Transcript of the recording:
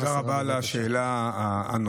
תודה רבה על השאלה הנוספת.